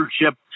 leadership